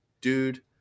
Dude